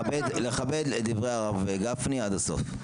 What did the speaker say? לכבד את דברי הרב גפני עד הסוף.